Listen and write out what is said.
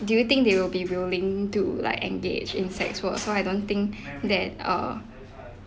do you think they will be willing to like engage in sex work so I don't think that uh